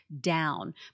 down